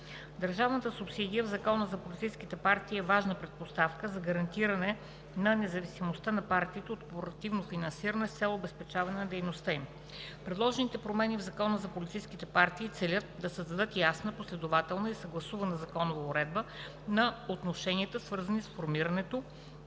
Държавната субсидия в Закона за политическите партии е важна предпоставка за гарантиране на независимостта на партиите от корпоративно финансиране с цел обезпечаване дейността им. Предложените промени в Закона за политическите партии целят да създадат ясна, последователна и съгласувана законова уредба на отношенията, свързани с формирането,